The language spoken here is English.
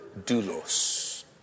doulos